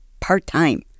part-time